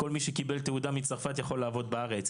כל מי שקיבל תעודה מצרפת יכול לעבוד בארץ.